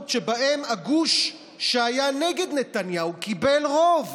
שבהן הגוש שהיה נגד נתניהו קיבל רוב,